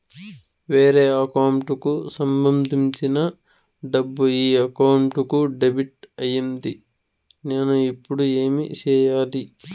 వేరే అకౌంట్ కు సంబంధించిన డబ్బు ఈ అకౌంట్ కు డెబిట్ అయింది నేను ఇప్పుడు ఏమి సేయాలి